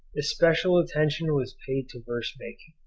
especial attention was paid to verse-making,